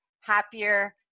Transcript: happier